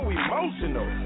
emotional